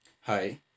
Hi